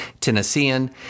Tennessean